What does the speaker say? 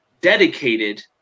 dedicated